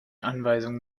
anweisungen